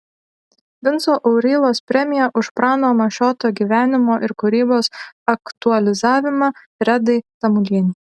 vinco aurylos premija už prano mašioto gyvenimo ir kūrybos aktualizavimą redai tamulienei